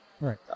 Right